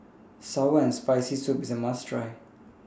Sour and Spicy Soup IS A must Try